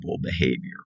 behavior